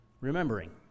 remembering